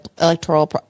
electoral